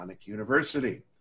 University